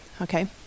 Okay